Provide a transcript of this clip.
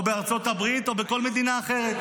או בארצות או בכל מדינה אחרת.